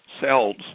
cells